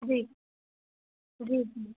जी जी मैम